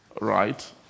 right